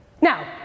Now